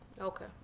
Okay